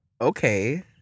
Okay